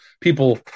people